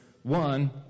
One